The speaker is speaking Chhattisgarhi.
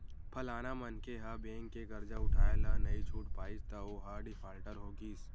फलाना मनखे ह बेंक के करजा उठाय ल नइ छूट पाइस त ओहा डिफाल्टर हो गिस